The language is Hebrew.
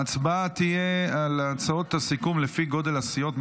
ההצבעה תהיה על הצעות הסיכום לפי גודל הסיעות,